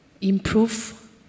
improve